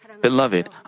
Beloved